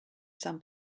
some